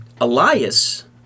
Elias